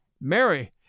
Mary